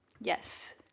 Yes